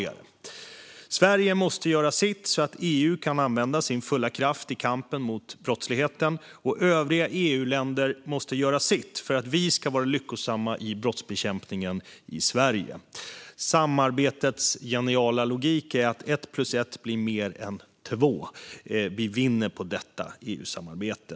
Nya regler om informationsutbyte om brottmålsdomar i EU Sverige måste göra sitt så att EU kan använda sin fulla kraft i kampen mot brottsligheten, och övriga EU-länder måste göra sitt för att vi ska vara lyckosamma med brottsbekämpningen i Sverige. Samarbetets geniala logik är att ett plus ett blir mer än två. Vi vinner på detta EU-samarbete.